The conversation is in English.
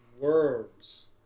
Worms